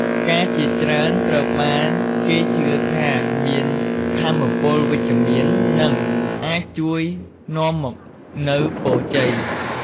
ផ្កាជាច្រើនត្រូវបានគេជឿថាមានថាមពលវិជ្ជមាន និងអាចនាំមកនូវពរជ័យ។